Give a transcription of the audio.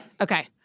okay